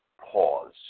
pause